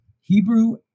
Hebrew